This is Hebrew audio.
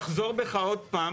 תחזור בך עוד פעם.